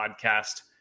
podcast